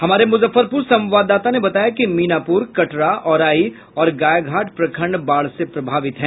हमारे मुजफ्फरपुर संवाददाता ने बताया कि मीनापुर कटरा औराई और गायघाट प्रखंड बाढ़ से प्रभावित हैं